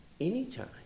anytime